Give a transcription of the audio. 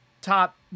Top